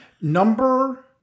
Number